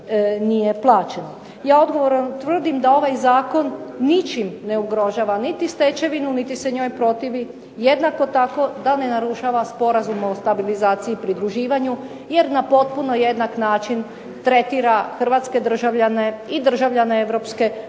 Ja odgovorno tvrdim da ovaj zakon ničim ne ugrožava niti stečevinu niti se njoj protivi. Jednako tako da ne narušava Sporazum o stabilizaciji i pridruživanju jer na potpuno jednak način tretira hrvatske državljane i državljane Europske unije,